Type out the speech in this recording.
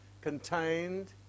contained